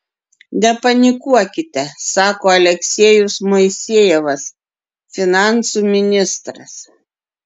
nepanikuokite sako aleksejus moisejevas finansų ministras